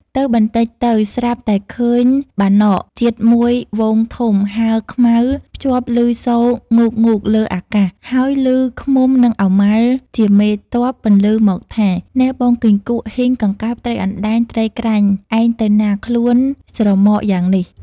ទៅបន្តិចទៅ ស្រាប់តែឃើញបាណក ជាតិមួយហ្វូងធំ ហើរខ្មៅ ខ្ជាប់ឮសូរងូងៗលើអាកាស ហើយឮឃ្មុំនឹងឪម៉ាល់ជាម ទ័ព បន្លឺមកថា “ នែបងគីង្គក់ ហ៊ីង កង្កែប ត្រីអណ្តែង ត្រីក្រាញ់ ឯងទៅណាខ្លួនស្រមកយ៉ាងនេះ ? ” ។